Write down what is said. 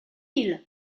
île